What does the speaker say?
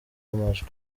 amajwi